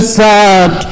sad